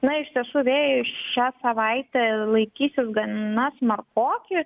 na iš tiesų vėjai šią savaitę laikysis gana smarkoki